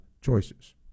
choices